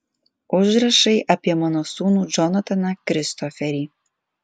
užrašai apie mano sūnų džonataną kristoferį